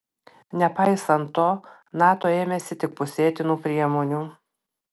nepaisant to nato ėmėsi tik pusėtinų priemonių